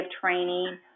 training